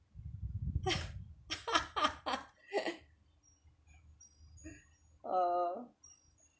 oh